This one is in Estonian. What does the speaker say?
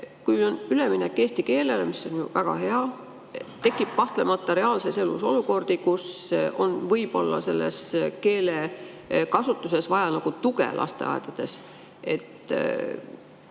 Kui on üleminek eesti keelele – mis on ju väga hea –, siis tekib kahtlemata reaalses elus olukordi, kus on võib-olla selles keelekasutuses vaja tuge lasteaedades, et